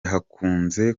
hakunze